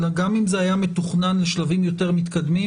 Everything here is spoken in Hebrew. גם אם זה היה מתוכנן לשלבים יותר מתקדמים,